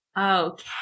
Okay